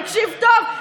תקשיב טוב,